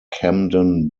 camden